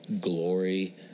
glory